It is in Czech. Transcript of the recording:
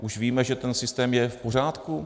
Už víme, že ten systém je v pořádku?